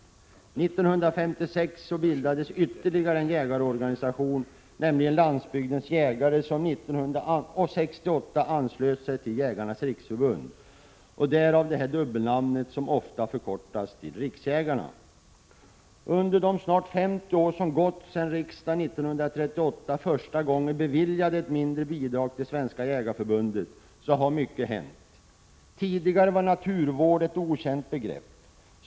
År 1956 bildades ytterligare en jägarorganisation, Landsbygdens jägare, som 1968 anslöt sig till Jägarnas riksförbund. Därav dubbelnamnet, som ofta förkortas till riksjägarna. Under de snart 50 år som gått sedan riksdagen 1938 första gången beviljade ett mindre bidrag till Svenska jägareförbundet, har mycket hänt. Tidigare var naturvård ett okänt begrepp.